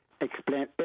explain